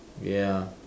ya